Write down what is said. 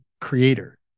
creator